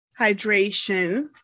hydration